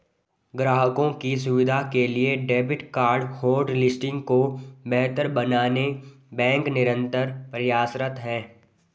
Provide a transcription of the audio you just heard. ग्राहकों की सुविधा के लिए डेबिट कार्ड होटलिस्टिंग को बेहतर बनाने बैंक निरंतर प्रयासरत है